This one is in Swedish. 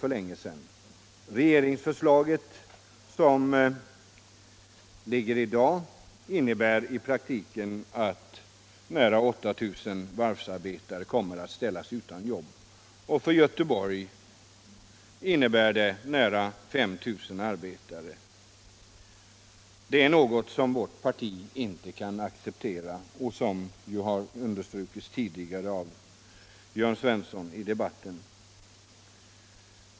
Regeringens förslag i dag innebär i praktiken att nära 8 000 varvsarbetare kommer att ställas utan jobb. För Göteborgs vidkommande rör det sig om nära 5 000 arbetare. Detta är något som vårt parti inte kan acceptera — det har understrukits av Jörn Svensson i debatten tidigare i dag.